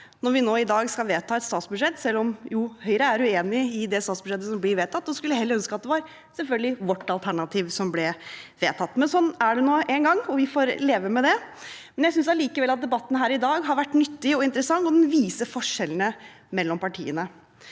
når vi nå i dag skal vedta et statsbudsjett – selv om Høyre er uenig i det statsbudsjettet som blir vedtatt, og selvfølgelig skulle ønske at det heller var vårt alternativ som ble vedtatt. Sånn er det nå engang, og vi får leve med det. Jeg synes allikevel at debatten her i dag har vært nyttig og interessant, og den viser forskjellene mellom partiene.